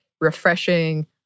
refreshing